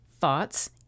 thoughts